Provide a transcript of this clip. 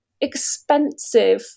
expensive